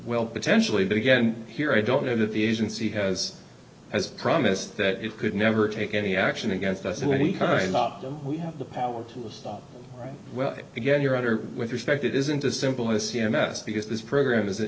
well potentially but again here i don't know that the agency has as promised that it could never take any action against us in any kind optum we have the power to stop well again you're under with respect it isn't a simple a c m s because this program is it